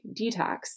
detox